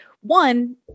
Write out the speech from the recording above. one